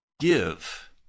give